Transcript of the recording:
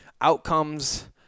outcomes